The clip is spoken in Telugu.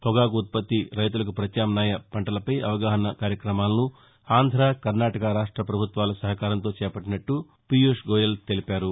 పొగాకు ఉత్పత్తి రైతులకు ప్రత్యామ్నాయ పంటలపై అవగాహన కార్యక్రమాలను ఆంధ్ర కర్ణాటక రాష్ట ప్రభుత్వాల సహకారంతో చేపట్టినట్లు పీయూష్ గోయల్ తెలిపారు